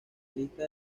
lista